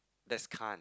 that's can't